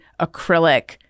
acrylic